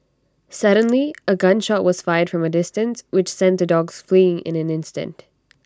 suddenly A gun shot was fired from A distance which sent the dogs fleeing in an instant